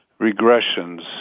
regressions